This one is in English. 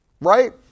right